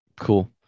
Cool